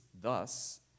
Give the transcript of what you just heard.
thus